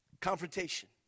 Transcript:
Confrontation